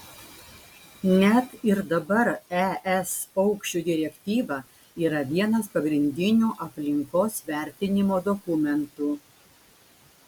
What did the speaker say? net ir dabar es paukščių direktyva yra vienas pagrindinių aplinkos vertinimo dokumentų